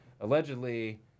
allegedly